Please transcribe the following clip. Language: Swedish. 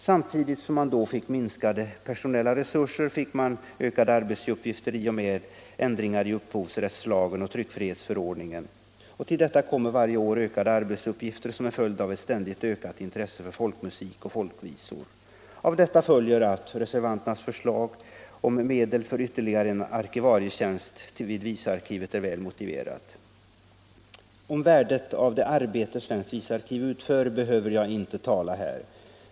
Samtidigt som man då fick minskade personella resurser, fick man ökade arbetsuppgifter i och med ändringar i upphovsrättslagen och tryckfrihetsförordningen, och till detta kommer varje år ökade arbetsuppgifter som en följd av ett ständigt ökat intresse för folkmusik och folkvisor. Reservanternas förslag om medel för ytterligare en arkivarietjänst vid visarkivet är därför väl motiverat. Om värdet av det arbete som svenskt visarkiv utför behöver jag inte tala här.